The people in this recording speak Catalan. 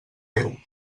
déu